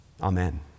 Amen